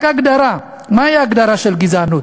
רק הגדרה, מהי ההגדרה של גזענות?